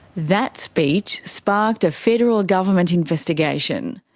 that speech sparked a federal government investigation.